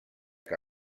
que